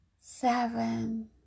seven